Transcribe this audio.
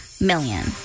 Million